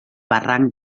barranc